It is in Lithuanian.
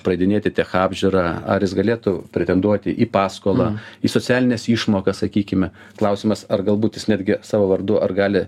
praeidinėti techapžiūrą ar jis galėtų pretenduoti į paskolą į socialines išmokas sakykime klausimas ar galbūt jis netgi savo vardu ar gali